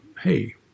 hey